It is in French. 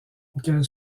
auquel